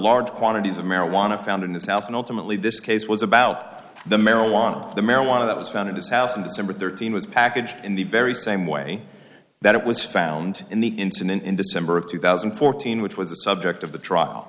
large quantities of marijuana found in this house and ultimately this case was about the marijuana of the marijuana that was found in his house in december thirteen was packaged in the very same way that it was found in the incident in december of two thousand and fourteen which was the subject of the trial